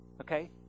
Okay